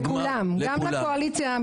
שלום לכם, הצטרפו